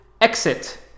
exit